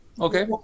okay